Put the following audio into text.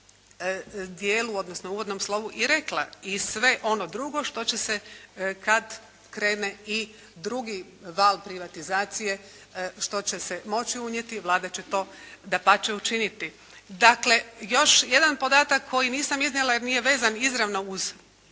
dijelu odnosno uvodnom slovu i rekla, i sve ono drugo što će se kad krene i drugi val privatizacije, što će se moći unijeti, Vlada će to dapače učiniti. Dakle, još jedan podatak koji nisam iznijela jer nije vezan izravno uz